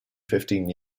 fifteen